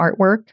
artwork